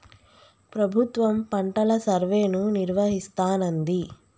ప్రభుత్వం పంటల సర్వేను నిర్వహిస్తానంది